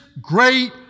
great